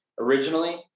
originally